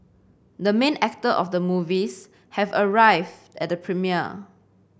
the main actor of the movies have arrived at the premiere